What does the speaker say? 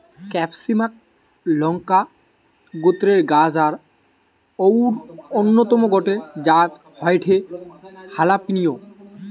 ক্যাপসিমাক লংকা গোত্রের গাছ আর অউর অন্যতম গটে জাত হয়ঠে হালাপিনিও